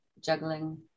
juggling